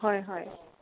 হয় হয়